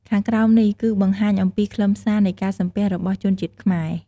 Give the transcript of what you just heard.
ខាងក្រោមនេះគឺបង្ហាញអំពីខ្លឹមសារនៃការសំពះរបស់ជនជាតិខ្មែរ។